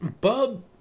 bub